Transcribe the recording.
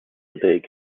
big